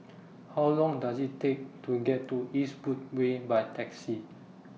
How Long Does IT Take to get to Eastwood Way By Taxi